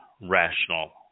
rational